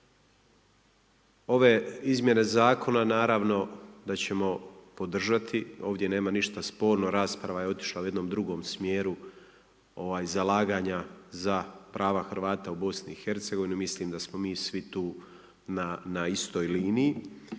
ove izmjene zakona, naravno da ćemo podržati, ovdje nema ništa sporno, rasprava je otišla u jednom drugom smjeru, zalaganja za prava Hrvata u BIH, mislim da smo mi svi tu na istoj liniji.